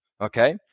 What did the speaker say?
okay